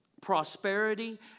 prosperity